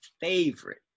favorite